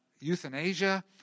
euthanasia